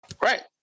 Right